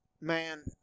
Man